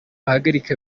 wahagarika